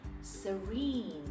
Serene